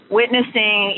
witnessing